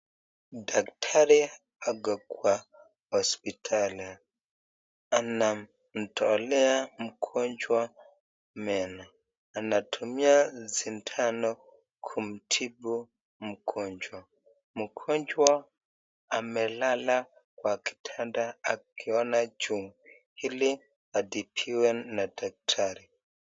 Daktari yuko kwa hospitali na anamtolea mgonjwa meno, anatumia sindano kumtibu mgonjwa, mgonjwa amelala kwa kitanda akiona juu ili atibiwe na daktari.